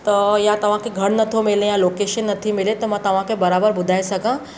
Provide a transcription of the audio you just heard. त या तव्हांखे घरु नथो मिले या लोकेशन नथी मिले त मां तव्हांखे बराबरि ॿुधाए सघां